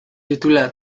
titula